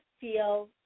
feel